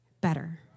better